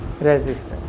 resistance